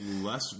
less